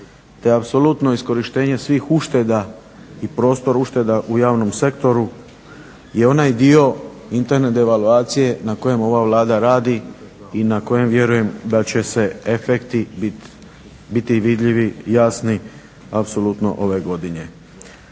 te apsolutno iskorištenje svih ušteda i prostor ušteda u javnom sektoru je onaj dio interne devaluacije na kojem ova Vlada radi i na kojem vjerujem da će se efekti biti vidljivi, jasni apsolutno ove godine.